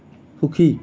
সুখী